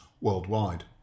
worldwide